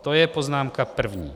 To je poznámka první.